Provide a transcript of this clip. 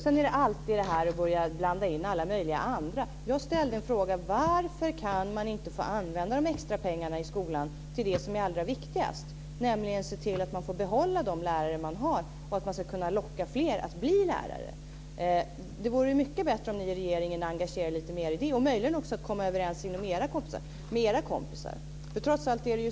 Sedan är det alltid det här att börja blanda in alla möjliga andra. Jag ställde frågan: Varför kan man inte få använda de extrapengarna i skolan till det som är allra viktigast, nämligen att se till att få behålla de lärare man har och kunna locka fler att bli lärare? Det vore mycket bättre om ni i regeringen engagerade er mer i det och möjligen också kom överens med era kompisar.